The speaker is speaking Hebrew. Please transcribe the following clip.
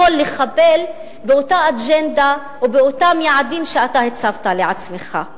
יכול לחבל באותה אג'נדה או באותם יעדים שאתה הצבת לעצמך.